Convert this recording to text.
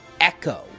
echo